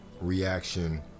reaction